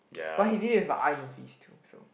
but he did it with a eye in a fist too so